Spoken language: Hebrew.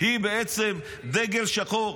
בעצם דגל שחור